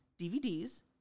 DVDs